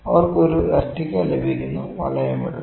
അവർക്ക് ഒരു എർട്ടിഗ ലഭിക്കുന്നു വളയം ഇടുന്നു